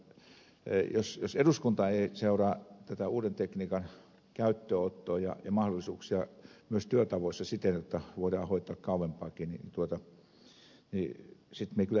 minä uskonkin jotta kyllä jos eduskunta ei seuraa tätä uuden tekniikan käyttöönottoa ja mahdollisuuksia myös työtavoissa siten että voidaan hoitaa kauempaakin niin sitten minä kyllä ihmettelen